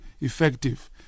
effective